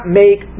make